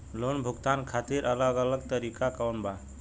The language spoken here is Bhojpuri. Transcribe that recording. लोन भुगतान खातिर अलग अलग तरीका कौन बा?